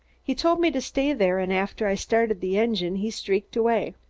he told me to stay there, and after i started the engine, he streaked away.